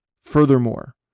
Furthermore